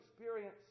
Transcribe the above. experience